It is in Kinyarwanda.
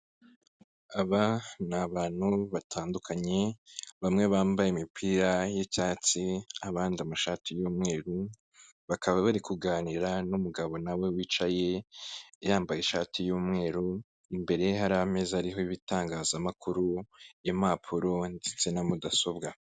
Aba ni abantu batandukanye, bamwe bambaye imipira y'icyatsi abandi amashati y'umweru, bakaba bari kuganira n'umugabo nawe wicaye yambaye ishati y'umweru, imbere ye hari ameza ariho ibitangazamakuru, impapuro ndetse na mudasobwa.